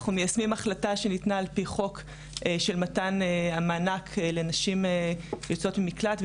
מיישמים החלטה שניתנה על-פי חוק של מתן המענק לנשים יוצאות מקלט,